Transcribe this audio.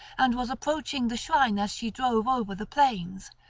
and was approaching the shrine as she drove over the plains,